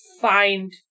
find